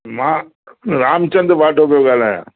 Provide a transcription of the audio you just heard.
मां रामचंद वाडो पियो ॻाल्हायां